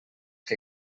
que